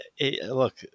Look